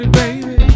baby